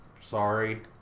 sorry